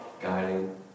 guiding